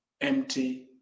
empty